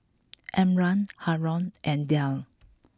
Imran Haron and Dhia